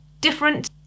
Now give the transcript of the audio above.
different